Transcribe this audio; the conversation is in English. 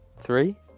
Three